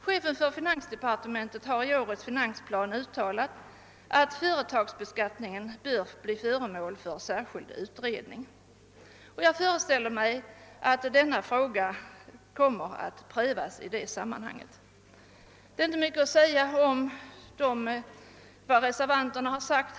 Chefen för finansdepartementet har i årets finansplan uttalat att företagsbeskattningen bör bli föremål för särskild utredning, och jag föreställer mig att frågan kommer att prövas i det sammanhanget. Det är inte mycket att säga om re servanternas uttalanden.